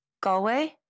Galway